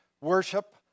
worship